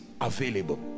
available